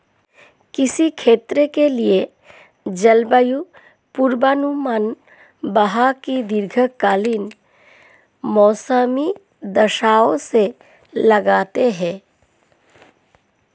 किसी क्षेत्र के लिए जलवायु पूर्वानुमान वहां की दीर्घकालिक मौसमी दशाओं से लगाते हैं